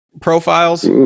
profiles